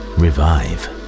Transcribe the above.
revive